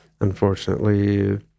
Unfortunately